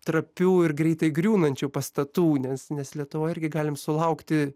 trapių ir greitai griūnančių pastatų nes nes lietuvoj irgi galime sulaukti